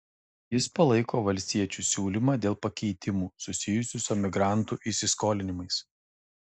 jis palaiko valstiečių siūlymą dėl pakeitimų susijusių su emigrantų įsiskolinimais